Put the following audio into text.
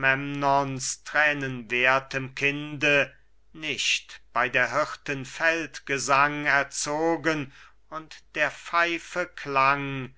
agamemnons thränenwerthem kinde nicht bei der hirten feldgesang erzogen und der pfeife klang